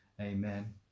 amen